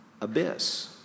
abyss